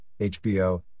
HBO